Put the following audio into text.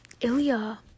Ilya